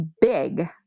big